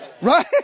Right